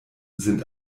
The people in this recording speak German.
sind